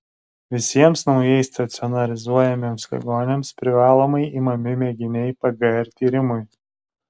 visiems naujai stacionarizuojamiems ligoniams privalomai imami mėginiai pgr tyrimui